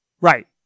Right